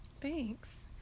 thanks